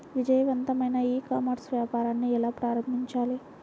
విజయవంతమైన e commerce వ్యాపారాన్ని ఎలా ప్రారంభించాలి?